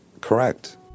correct